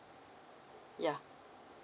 yeah